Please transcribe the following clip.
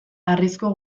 harrizko